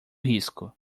risco